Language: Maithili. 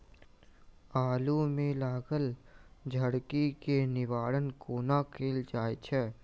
आलु मे लागल झरकी केँ निवारण कोना कैल जाय छै?